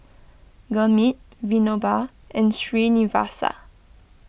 Gurmeet Vinoba and Srinivasa